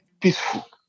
Peaceful